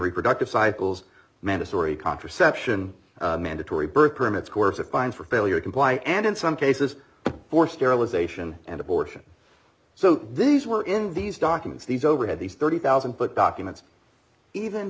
reproductive cycles mandatory contraception mandatory birth permits coercive fines for failure comply and in some cases for sterilization and abortion so these were in these documents these overhead these thirty thousand dollars foot documents even